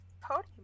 podium